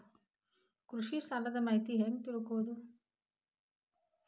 ಕೃಷಿ ಸಾಲದ ಮಾಹಿತಿ ಹೆಂಗ್ ತಿಳ್ಕೊಳ್ಳೋದು?